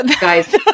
guys